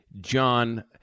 john